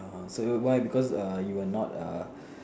uh so y~ why because err you were not err